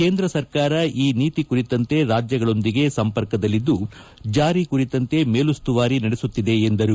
ಕೇಂದ್ರ ಸರ್ಕಾರ ಈ ನೀತಿ ಕುರಿತಂತೆ ರಾಜ್ಯಗಳೊಂದಿಗೆ ಸಂಪರ್ಕದಲ್ಲಿದ್ದು ಜಾರಿ ಕುರಿತಂತೆ ಮೇಲುಸ್ತುವಾರಿ ನಡೆಸುತ್ತಿದೆ ಎಂದರು